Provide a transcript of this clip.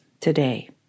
today